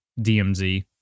DMZ